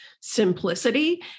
simplicity